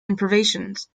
improvisations